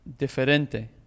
diferente